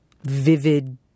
vivid